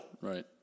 Right